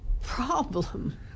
problem